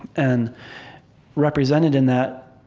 and represented in that,